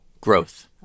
Growth